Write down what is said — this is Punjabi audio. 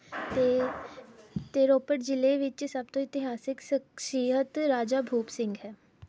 ਅਤੇ ਅਤੇ ਰੋਪੜ ਜ਼ਿਲ੍ਹੇ ਵਿੱਚ ਸਭ ਤੋਂ ਇਤਿਹਾਸਕ ਸ਼ਖਸੀਅਤ ਰਾਜਾ ਭੂਪ ਸਿੰਘ ਹੈ